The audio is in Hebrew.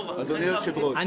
אדוני היושב-ראש,